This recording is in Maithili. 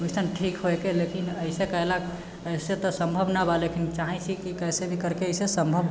ओइसन ठीक होइके लेकिन अइसे केलक अइसे तऽ सम्भव नहि बा लेकिन चाहै छिए कि कइसे भी करिके सम्भव